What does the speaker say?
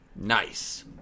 Nice